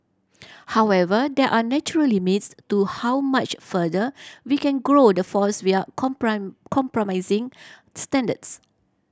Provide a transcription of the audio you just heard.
however there are natural limits to how much further we can grow the force without compromising standards